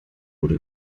wurde